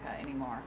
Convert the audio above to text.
anymore